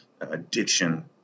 addiction